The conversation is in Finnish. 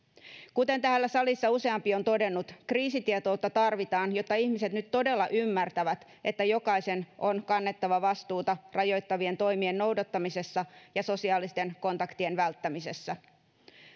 kuten täällä salissa useampi on todennut kriisitietoutta tarvitaan jotta ihmiset nyt todella ymmärtävät että jokaisen on kannettava vastuuta rajoittavien toimien noudattamisessa ja sosiaalisten kontaktien välttämisessä